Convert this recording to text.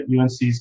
UNC's